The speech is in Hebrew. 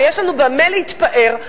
ויש לנו במה להתפאר.